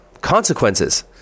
consequences